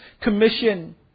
commission